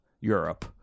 Europe